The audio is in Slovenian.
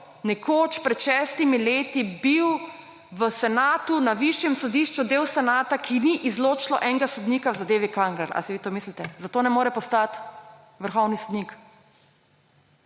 nekoč, pred šestimi leti, bil v senatu na višjem sodišču, del senata, ki ni izločilo enega sodnika v zadevi Kangler. Ali si vi to mislite? Zato ne more postati vrhovni sodnik.